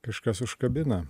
kažkas užkabina